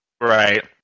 Right